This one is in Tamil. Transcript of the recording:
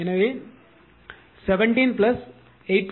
எனவே 17 8